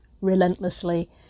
relentlessly